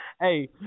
Hey